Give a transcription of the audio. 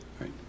Right